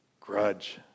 grudge